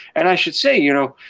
and i should say, you know,